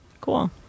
Cool